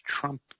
Trump